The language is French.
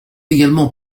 également